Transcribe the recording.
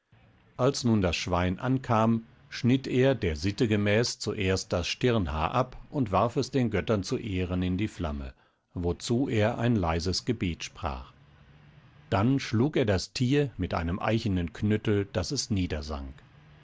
als nun das schwein ankam schnitt er der sitte gemäß zuerst das stirnhaar ab und warf es den göttern zu ehren in die flamme wozu er ein leises gebet sprach dann schlug er das tier mit einem eichenen knüttel daß es